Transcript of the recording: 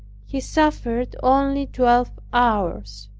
he suffered only twelve hours.